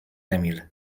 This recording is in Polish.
emil